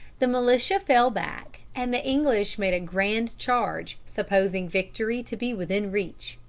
the militia fell back, and the english made a grand charge, supposing victory to be within reach.